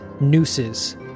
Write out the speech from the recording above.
nooses